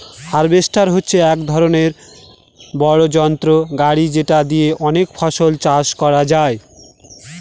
harvester হচ্ছে এক বড়ো যন্ত্র গাড়ি যেটা দিয়ে অনেক ফসল চাষ করা যায়